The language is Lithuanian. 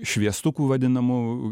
šviestukų vadinamų